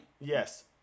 Yes